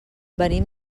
venim